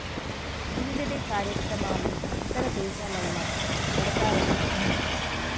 field day కార్యక్రమాలు ఇతర దేశాలల్ల పెడతారని విన్న